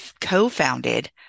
co-founded